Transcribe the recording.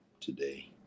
today